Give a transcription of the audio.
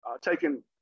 taking